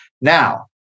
Now